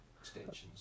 extensions